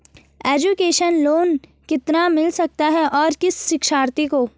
Education loan कितना मिल सकता है और किस शिक्षार्थी को?